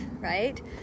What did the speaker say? right